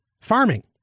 farming